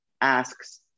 asks